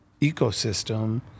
ecosystem